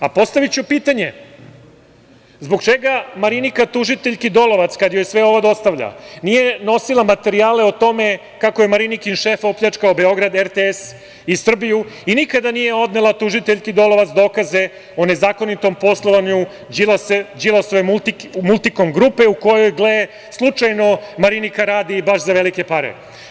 Postaviću pitanje – zbog čega Marinika tužiteljki Dolovac, kada joj sve ovo dostavlja, nije nosila materijale o tome kako je Marinikin šef opljačkao Beograd, RTS i Srbiju i nikada nije odnela tužiteljki Dolovac dokaze o nezakonitom poslovanju Đilasove „Multikom grupe“ u kojoj slučajno Marinika radi baš za velike pare?